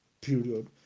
period